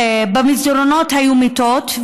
במסדרונות היו מיטות,